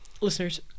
listeners